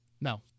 No